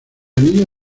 anillo